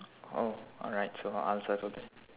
oh alright so I'll circle that